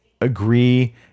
agree